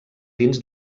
dins